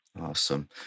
Awesome